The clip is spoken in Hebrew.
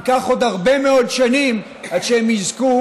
ייקח עוד הרבה מאוד שנים עד שהם יזכו